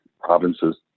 provinces